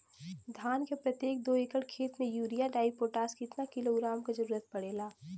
धान के प्रत्येक दो एकड़ खेत मे यूरिया डाईपोटाष कितना किलोग्राम क जरूरत पड़ेला?